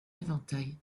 éventail